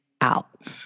out